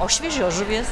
o šviežios žuvies